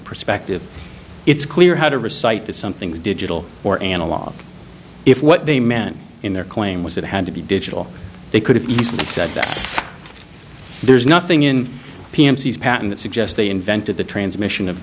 perspective it's clear how to recite that something is digital or analog if what they meant in their claim was it had to be digital they could have easily said that there's nothing in patton that suggests they invented the transmission of